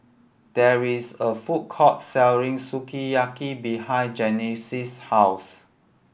there is a food court selling Sukiyaki behind Genesis' house